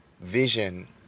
vision